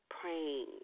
praying